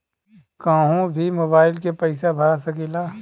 कन्हू भी मोबाइल के पैसा भरा सकीला?